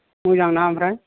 मोजांना आमफ्राय